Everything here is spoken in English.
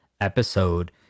episode